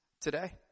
today